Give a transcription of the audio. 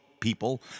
people